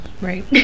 Right